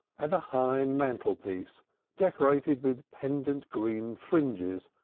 and a high mantelpiece decorated with pendant green fringes,